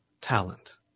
talent